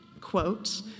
quote